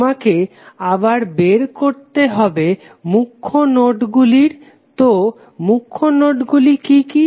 তোমাকে আবার বের করতে হবে মুখ্য নোডগুলি তো মুখ্য নোডগুলি কি কি